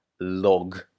log